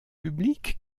public